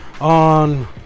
on